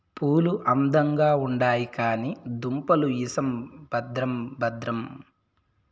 పూలు అందంగా ఉండాయి కానీ దుంపలు ఇసం భద్రం భద్రం